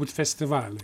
būt festivaliai